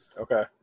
Okay